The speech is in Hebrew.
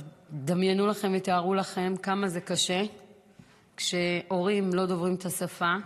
דמיינו לכם ותארו לכם כמה זה קשה כשהורים לא דוברים את השפה,